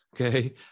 okay